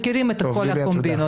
מכירים את כל הקומבינות.